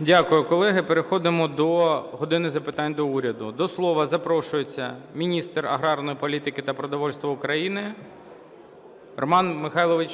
Дякую, колеги. Переходимо до "години запитань до Уряду". До слова запрошується міністр аграрної політики та продовольства України Роман